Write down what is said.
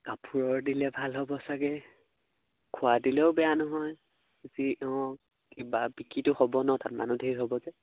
কাপোৰৰ দিলে ভাল হ'ব চাগে খোৱা দিলেও বেয়া নহয় যি অঁ কিবা বিক্ৰীটো হ'ব ন তাত মানুহ ধেৰ হ'ব যে